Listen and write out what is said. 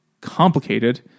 complicated